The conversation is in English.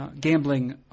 gambling